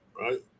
right